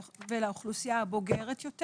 ולאוכלוסייה הבוגרת יותר.